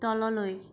তললৈ